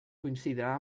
coincidirà